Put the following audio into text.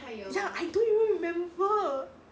ya I don't even remember